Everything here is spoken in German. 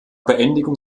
beendigung